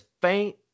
faint